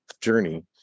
journey